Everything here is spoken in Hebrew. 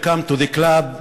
Welcome to the club,